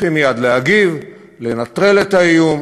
צריכים מייד להגיב, לנטרל את האיום